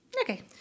Okay